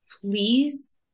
please